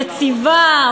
יציבה,